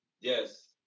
Yes